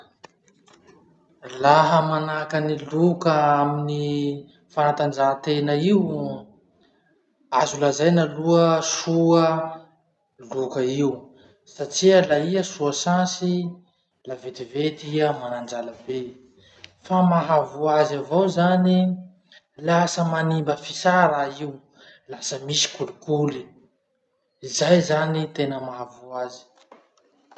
Laha manahaky any loka amin'ny fanatanjahatena io: azo lazaina aloha soa loka io satria la iha soa chance, la vetivety iha manan-drala be. Fa mahavoa azy avao zany, lasa manimba fisà raha io, lasa misy kolikoly. Zay zany tena mahavoa azy.